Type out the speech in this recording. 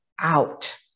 out